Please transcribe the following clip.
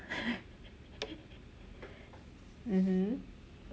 mmhmm